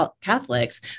Catholics